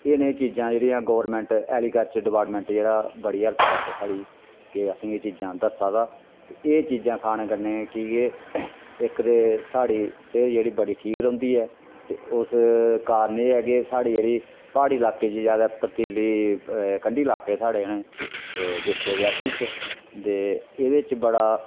एह् नेहियां चीजां जेह्ड़ियां गोरमैंट ऐग्रीकल्चर डिपार्टमेंट जेह्ड़ा बड़ी हैल्प करदा साढ़ी के असेंगी एह् चीजां दस्सा दा ते एह् चीजां खाने कन्नै कि के इक ते साढ़ी सेह्त जेह्ड़ी बड़ी ठीक रौंह्दी ऐ ते उस कारण एह् ऐ के साढ़े जेह्ड़े प्हाड़ी लाके दी ज्यादा प्रतीली कंढी लाके साढ़े न डिस्ट्रिक रियासी च ते एह्दे च बड़ा